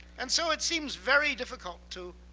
and so it seems very difficult to